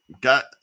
got